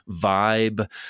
vibe